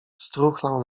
struchlał